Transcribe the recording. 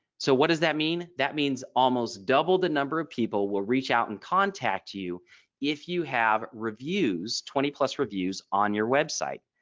so what does that mean? that means almost double the number of people will reach out and contact you if you have reviews twenty plus reviews on your web site.